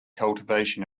cultivation